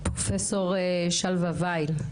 פרופ' שלוה וייל,